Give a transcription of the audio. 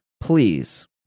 please